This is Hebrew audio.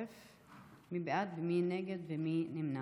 מי בעד, מי נגד, מי נמנע.